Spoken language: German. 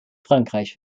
frankreich